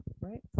right